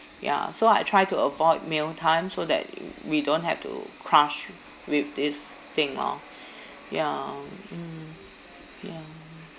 ya so I try to avoid meal time so that we don't have to crash with this thing lor ya mm ya